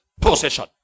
possession